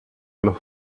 los